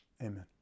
Amen